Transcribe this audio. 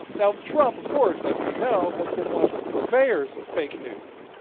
now trump, of course, as we know, has been one of the purveyors of fake news